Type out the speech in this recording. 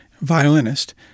violinist